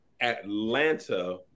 Atlanta